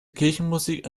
kirchenmusik